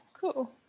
cool